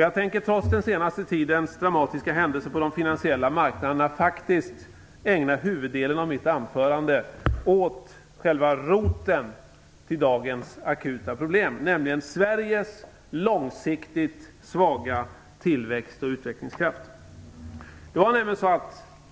Jag tänker trots den senaste tidens dramatiska händelser på de finansiella marknaderna faktiskt ägna huvuddelen av mitt anförande åt själva roten till dagens akuta problem, nämligen Sveriges långsiktigt svaga tillväxt och utvecklingskraft.